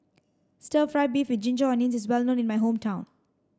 stir fry beef with ginger onions is well known in my hometown